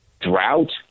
drought